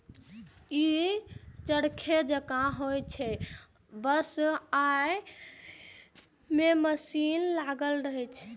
ई चरखे जकां होइ छै, बस अय मे मशीन लागल रहै छै